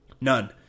None